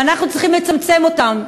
ואנחנו צריכים לצמצם את מספרם.